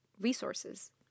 resources